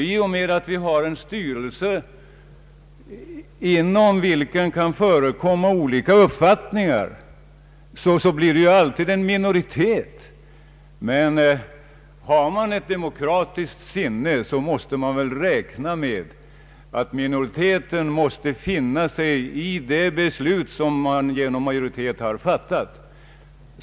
I och med att man har en styrelse, inom vilken det kan förekomma olika uppfattningar, måste det ibland bli en minoritet. Har man ett demokratiskt sinne måste man räkna med att mino riteten skall finna sig i det beslut som man genom majoritetsbeslut har fattat.